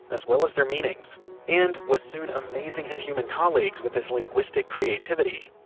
as well as their meanings, and was soon amazing his human colleagues with his linguistic creativity